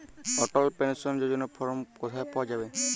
অটল pension যোজনার form কোথায় পাওয়া যাবে?